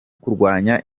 kurwanya